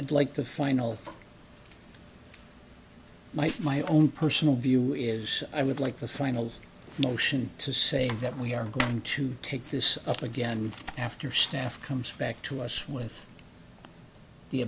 and like the final my my own personal view is i would like the final motion to say that we are going to take this up again after staff comes back to us with the